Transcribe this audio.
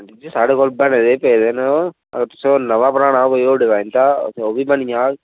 साढ़े कोल बने दे पेदे न ओह् अगर तुसें नमां बनाना होग होर डिजाइन दा ओह् बी बनी आग